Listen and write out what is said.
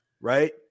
right